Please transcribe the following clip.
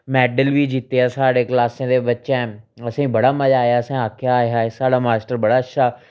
medal बी जित्तेआ साढ़े क्लासा दे बच्चें असें गी बड़ा मजा आया असें आखेआ हाय हाय साढ़ा मास्टर बड़ा अच्छा